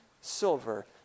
silver